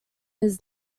his